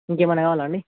ఇంకా ఏమన్న కావాలా అండి